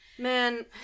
Man